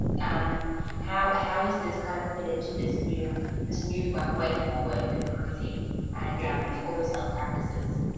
and how how does this kind of fit into this new this new but one-way forward with cruising and i mean all those health practices?